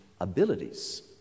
abilities